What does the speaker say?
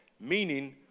Meaning